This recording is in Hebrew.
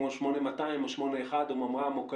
כמו 8200 או 81 או ממר"ם או כאלה?